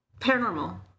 Paranormal